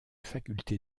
faculté